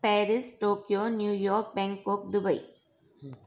Paris Tokyo New York Bangkok Dubai